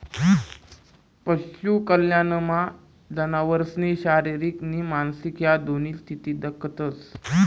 पशु कल्याणमा जनावरसनी शारीरिक नी मानसिक ह्या दोन्ही स्थिती दखतंस